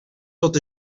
tot